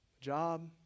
Job